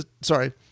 sorry